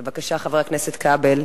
בבקשה, חבר הכנסת כבל,